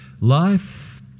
life